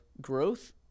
growth